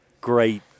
great